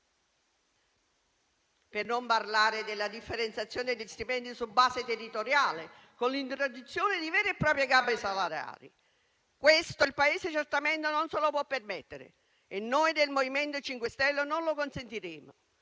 per non parlare della differenziazione degli stipendi su base territoriale, con l'introduzione di vere e proprie gabbie salariali. Questo il Paese certamente non se lo può permettere e noi del MoVimento 5 Stelle non lo consentiremo